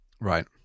Right